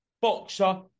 boxer